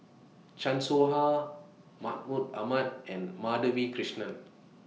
Chan Soh Ha Mahmud Ahmad and Madhavi Krishnan